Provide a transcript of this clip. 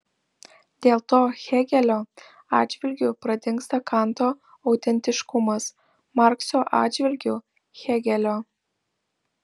dėl to hėgelio atžvilgiu pradingsta kanto autentiškumas markso atžvilgiu hėgelio